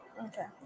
Okay